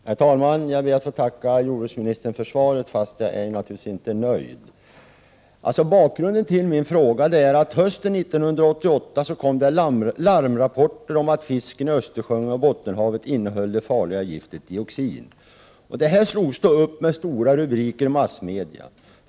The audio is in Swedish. Herr talman! Jag ber att få tacka jordbruksministern för svaret, även om jag naturligtvis inte är nöjd. Bakgrunden till min fråga är att det hösten 1988 kom larmrapporter om att fisken i Östersjön och Bottenhavet innehöll det farliga giftet dioxin. Detta slogs då upp med stora rubriker i massmedia.